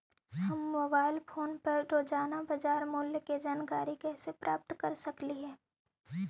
हम mobile phone पर रोजाना बाजार मूल्य के जानकारी कैसे प्राप्त कर सकली हे?